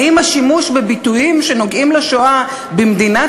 האם השימוש בביטויים שנוגעים לשואה במדינת